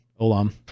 olam